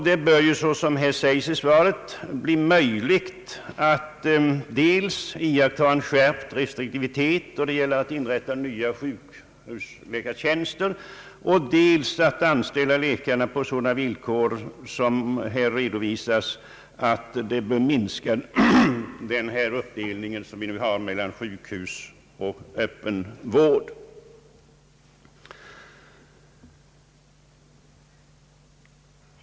Det bör också, såsom det sägs i svaret, bli möjligt att dels iaktta en skärpt restriktivitet då det gäller att inrätta nya sjukhusläkartjänster, dels anställa läkarna på sådana villkor, som här redovisats, så att man minskar skillnaden mellan sjukhusvård och öppen vård.